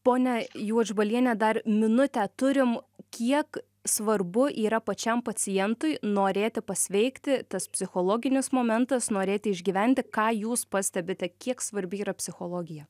ponia juodžbaliene dar minutę turim kiek svarbu yra pačiam pacientui norėti pasveikti tas psichologinis momentas norėti išgyventi ką jūs pastebite kiek svarbi yra psichologija